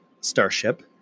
Starship